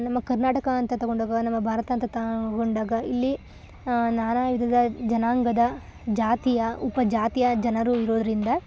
ನಮ್ಮ ಕರ್ನಾಟಕ ಅಂತ ತಗೊಂಡಾಗ ನಮ್ಮ ಭಾರತ ಅಂತ ತಗೊಂಡಾಗ ಇಲ್ಲಿ ನಾನಾ ವಿಧದ ಜನಾಂಗದ ಜಾತಿಯ ಉಪಜಾತಿಯ ಜನರು ಇರೋದರಿಂದ